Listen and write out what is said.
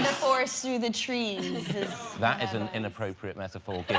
forest through the trees that is an inappropriate metaphor?